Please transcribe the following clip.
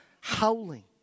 howling